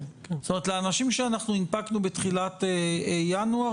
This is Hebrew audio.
לאנשים שהנפקנו בתחילת ינואר,